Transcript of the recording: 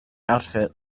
outfit